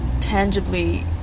tangibly